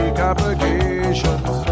complications